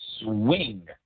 swing